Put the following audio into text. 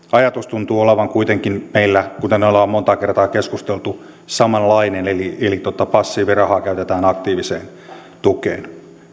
ajatus tuntuu olevan kuitenkin meillä kuten me olemme monta kertaa keskustelleet samanlainen eli eli passiivirahaa käytetään aktiiviseen tukeen